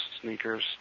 sneakers